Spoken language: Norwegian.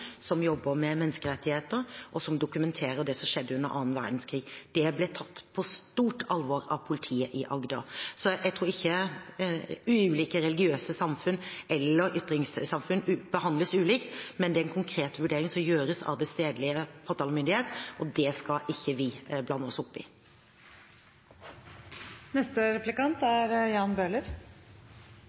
som jobber med menneskerettigheter og dokumenterer det som skjedde under annen verdenskrig. Det ble tatt på stort alvor av politiet i Agder. Så jeg tror ikke at ulike religiøse samfunn eller ytringssamfunn behandles ulikt. Dette er en konkret vurdering som gjøres av stedlig påtalemyndighet, og det skal ikke vi blande oss